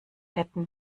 hätten